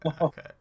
okay